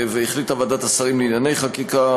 והחליטה ועדת השרים לענייני חקיקה,